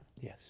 Yes